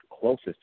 closest